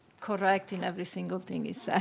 correct in every single thing he said.